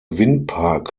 windpark